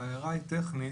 ההערה היא טכנית,